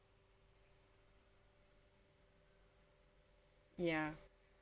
ya